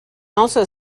also